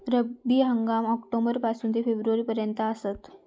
रब्बी हंगाम ऑक्टोबर पासून ते फेब्रुवारी पर्यंत आसात